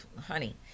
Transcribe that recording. honey